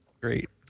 great